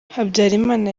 habyarimana